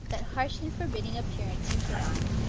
that harsh and forbidding appearance you put on,